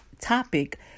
topic